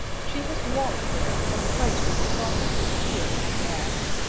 she has walked there from the place where you saw her disappear in the grass.